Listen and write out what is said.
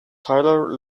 tyler